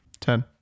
Ten